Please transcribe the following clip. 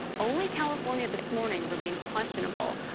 only california this morning remains questionable.